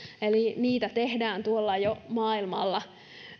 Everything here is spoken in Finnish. eli niitä tehdään jo tuolla maailmalla